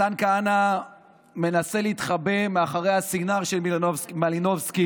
מתן כהנא מנסה להתחבא מאחורי הסינר של מלינובסקי,